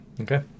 Okay